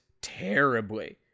terribly